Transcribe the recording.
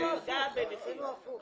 לא עזרנו --- הפוך.